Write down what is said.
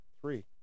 Three